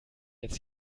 jetzt